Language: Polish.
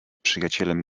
przyjacielem